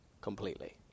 completely